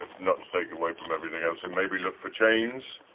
ah not to take away from everything else, and maybe look for chains,